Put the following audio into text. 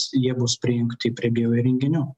jie bus prijungti prie bioįrenginiu